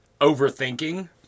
overthinking